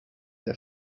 der